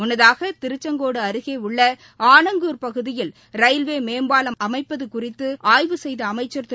முன்னதாக திருச்செங்கோடு அருகே உள்ள ஆனங்கூர் பகுதியில் ரயில்வே மேம்பாலம் அமைப்பது குறித்து ஆய்வு செய்த அமைச்சர் திரு